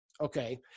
okay